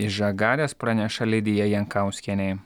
iš žagarės praneša lidija jankauskienė